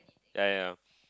ya ya